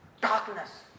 darkness